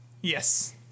Yes